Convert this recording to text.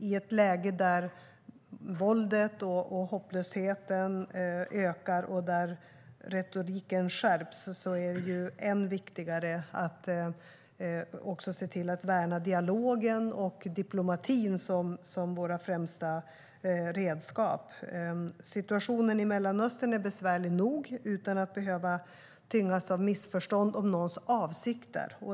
I ett läge där våldet och hopplösheten ökar och retoriken skärps är det ännu viktigare att se till att värna dialogen och diplomatin som våra främsta redskap. Situationen i Mellanöstern är besvärlig nog utan att den ska behöva tyngas av missförstånd om någons avsikter.